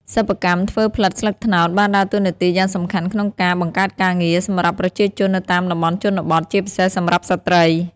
សិប្បកម្មធ្វើផ្លិតស្លឹកត្នោតបានដើរតួនាទីយ៉ាងសំខាន់ក្នុងការ បង្កើតការងារ សម្រាប់ប្រជាជននៅតាមតំបន់ជនបទ ជាពិសេសសម្រាប់ស្ត្រី។